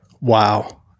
wow